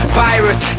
virus